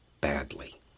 badly